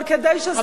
אבל כדי שזה יקרה,